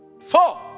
Four